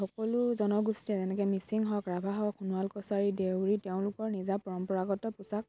সকলো জনগোষ্ঠীয়ে যেনেকৈ মিচিং হওক ৰাভা হওক সোণোৱাল কছাৰী দেউৰী তেওঁলোকৰ নিজা পৰম্পৰাগত পোচাক